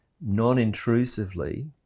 non-intrusively